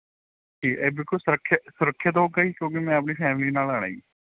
ਅਤੇ ਇਹ ਬਿਲਕੁਲ ਸੁਰੱਖਿਆ ਸੁਰੱਖਿਅਤ ਹੋਵੇਗਾ ਜੀ ਕਿਉਂਕਿ ਮੈਂ ਆਪਣੀ ਫੈਮਲੀ ਨਾਲ ਆਉਣਾ ਜੀ